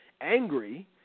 angry